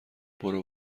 برو